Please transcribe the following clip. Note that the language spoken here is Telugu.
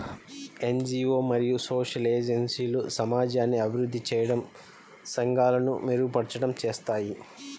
ఎన్.జీ.వో మరియు సోషల్ ఏజెన్సీలు సమాజాన్ని అభివృద్ధి చేయడం, సంఘాలను మెరుగుపరచడం చేస్తాయి